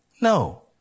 No